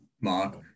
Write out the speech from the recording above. mark